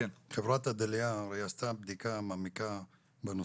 חברת עדליא עשתה בדיקה מעמיקה בנושא,